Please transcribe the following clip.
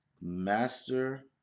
Master